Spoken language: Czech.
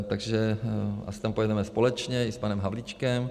Takže my tam pojedeme společně i s panem Havlíčkem.